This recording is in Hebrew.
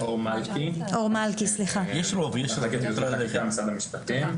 אני ממחלקת ייעוץ וחקיקה במשרד המשפטים.